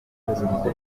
byaganiriye